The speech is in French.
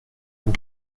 vous